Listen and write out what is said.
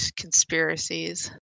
conspiracies